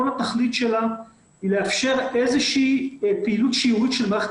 כל התכלית שלה היא לאפשר איזה שהיא פעילות שיורית של מערכת